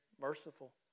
merciful